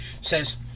says